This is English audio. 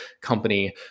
company